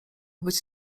być